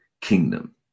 kingdom